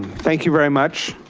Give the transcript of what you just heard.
thank you very much.